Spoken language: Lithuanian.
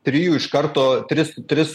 trijų iš karto tris tris